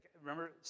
Remember